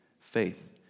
Faith